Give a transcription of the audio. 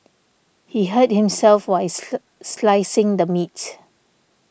he hurt himself while slicing the meat